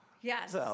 Yes